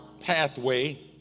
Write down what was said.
pathway